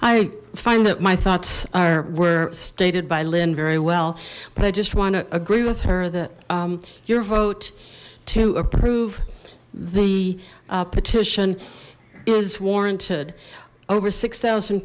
i find that my thoughts are were stated by lynn very well but i just want to agree with her that your vote to approve the petition is warranted over six thousand